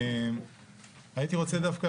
תודה רבה.